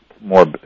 more